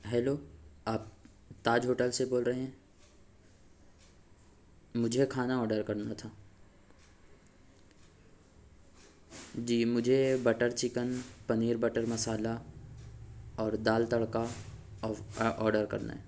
hello آپ Taj hotel سے بول رہے ہیں مجھے کھانا آڈر کرنا تھا جی مجھے butter chicken paneer butter masala اور دال تڑکا آڈر کرنا ہے